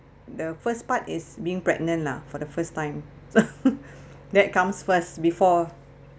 the first part is being pregnant lah for the first time that comes first before